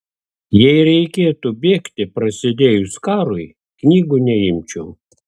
jei reikėtų bėgti prasidėjus karui knygų neimčiau